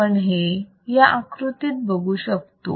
आपण हे या आकृतीत बघू शकतो